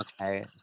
okay